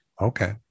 Okay